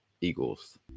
Eagles